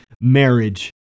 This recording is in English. marriage